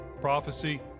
prophecy